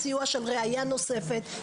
ראיה נוספת.